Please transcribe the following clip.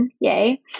Yay